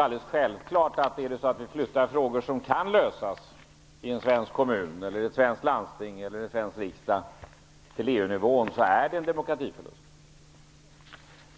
Det är ju självklart, att om vi flyttar frågor som kan lösas i en svensk kommun, i ett svenskt landsting eller i en svensk riksdag till EU-nivån, är det en demokratiförlust.